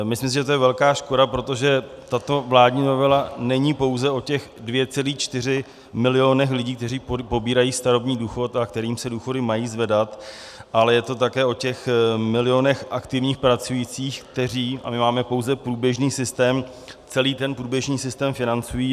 Myslím si, že to je velká škoda, protože tato vládní novela není pouze o těch 2,4 milionu lidí, kteří pobírají starobní důchod a kterým se důchody mají zvedat, ale je to také o těch milionech aktivních pracujících, kteří a my máme pouze průběžný systém celý ten průběžný systém financují.